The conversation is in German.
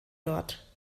dort